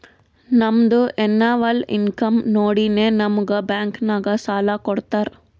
ನಮ್ದು ಎನ್ನವಲ್ ಇನ್ಕಮ್ ನೋಡಿನೇ ನಮುಗ್ ಬ್ಯಾಂಕ್ ನಾಗ್ ಸಾಲ ಕೊಡ್ತಾರ